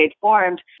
formed